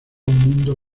mundo